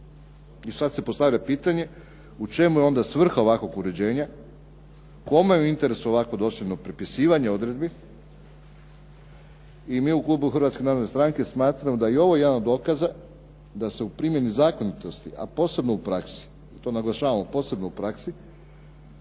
I sad se postavlja pitanje u čemu je onda svrha ovakvog uređenja? Kome je u interesu ovakvo dosljedno propisivanje odredbi? I mi u klubu HNS-a smatramo da je i ovo jedan od dokaza da se u primjeni zakonitosti, a posebno u praksi, to naglašavamo, posebno u praksi,